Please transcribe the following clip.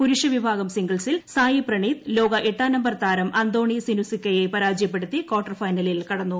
പുരുഷവിഭാഗം സിംഗിൾസിൽ സായ് പ്രണീത് ലോക എട്ടാം നമ്പർ താരം അന്തോണി സിനിസുക്കയെ പരാജയപ്പെടുത്തി കാർട്ടർ ഫൈനലിൽ കടന്നു